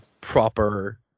proper